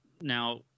Now